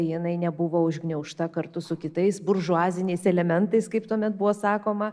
jinai nebuvo užgniaužta kartu su kitais buržuaziniais elementais kaip tuomet buvo sakoma